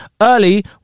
early